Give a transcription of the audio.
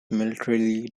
militarily